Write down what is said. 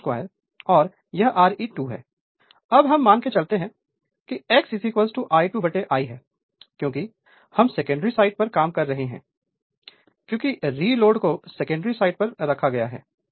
Refer Slide Time 1902 अब हम मान के चलते हैं कि x I2I हैं क्योंकि हम सेकेंडरी साइड पर काम कर रहे हैं क्योंकि रीलोड को सेकेंडरी साइड पर रखा गया है